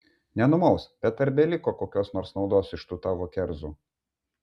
nenumaus bet ar beliko kokios nors naudos iš tų tavo kerzų